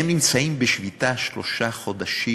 הם נמצאים בשביתה שלושה חודשים.